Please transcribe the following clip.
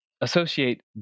associate